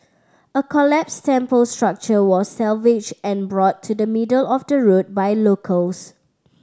a collapsed temple structure was salvaged and brought to the middle of the road by locals